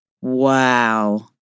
Wow